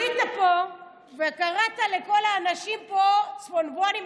עלית פה וקראת לכל האנשים פה צפונבונים אשכנזים.